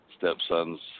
stepson's